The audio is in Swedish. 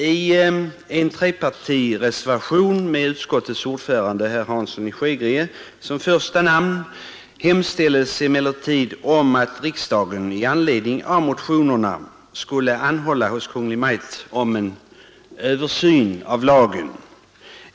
I en trepartireservation med utskottets ordförande herr Hansson i Skegrie som första namn hemställs emellertid att riksdagen i anledning av motionerna skulle anhålla hos Kungl. Maj:t om översyn av lagen.